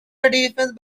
defensive